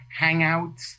hangouts